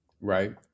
Right